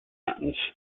sentence